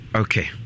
okay